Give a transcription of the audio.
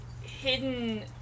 hidden